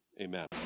amen